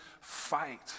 fight